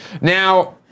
Now